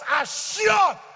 assured